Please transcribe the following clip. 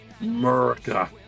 America